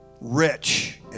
rich